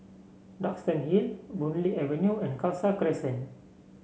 Duxton Hill Boon Lay Avenue and Khalsa Crescent